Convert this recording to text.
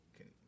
Okay